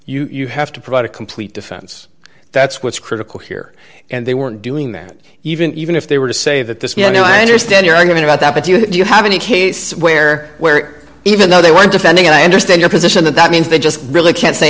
defend you have to provide a complete defense that's what's critical here and they weren't doing that even even if they were to say that this you know i understand your argument about that but do you have any case where where even though they weren't defending it i understand your position that that means they just really can't say